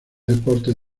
deportes